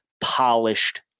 polished